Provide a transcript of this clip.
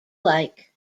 lake